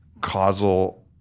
causal